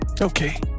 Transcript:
Okay